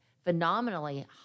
phenomenally